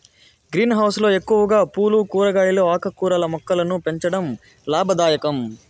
green house లో ఎక్కువగా పూలు, కూరగాయలు, ఆకుకూరల మొక్కలను పెంచడం లాభదాయకం